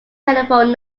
telephone